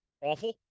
awful